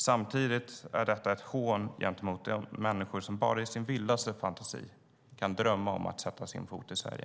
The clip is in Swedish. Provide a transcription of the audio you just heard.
Samtidigt är det ett hån mot de människor som inte ens i sin vildaste fantasi kan drömma om att sätta sin fot i Sverige.